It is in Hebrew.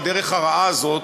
בדרך הרעה הזאת,